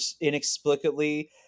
inexplicably